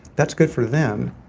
that's good for them.